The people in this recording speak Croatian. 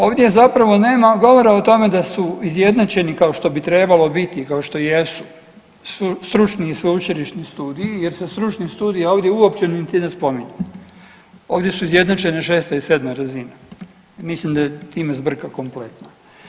Ovdje zapravo nema govora o tome da su izjednačeni kao što bi trebalo biti i kao što jesu stručni i sveučilišni studiji jer se stručni studiji ovdje uopće niti ne spominju, ovdje su izjednačene 6 i 7 razina, mislim da je time zbrka kompletna.